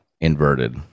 inverted